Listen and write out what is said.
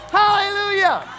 hallelujah